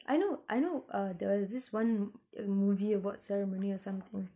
I know I know uh there was this one uh movie about ceremony or something